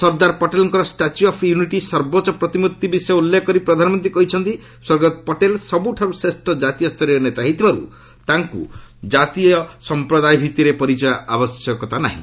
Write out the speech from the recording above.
ସର୍ଦ୍ଦାର ପଟେଲଙ୍କର statue of unity ସର୍ବୋଚ୍ଚ ପ୍ରତିମୂର୍ତ୍ତି ବିଷୟ ଉଲ୍ଲେଖ କରି ପ୍ରଧାନମନ୍ତ୍ରୀ କହିଛନ୍ତି ସ୍ୱର୍ଗତ ପଟେଲ ସବୁଠାରୁ ଶ୍ରେଷ୍ଠ ଜାତୀୟସ୍ତରୀୟ ନେତା ହୋଇଥିବାରୁ ତାଙ୍କୁ ଜାତୀୟ ସମ୍ପ୍ରଦାୟ ଭିଭିରେ ପରିଚୟର ଆବଶ୍ୟକତା ନାହିଁ